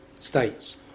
states